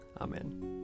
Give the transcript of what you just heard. Amen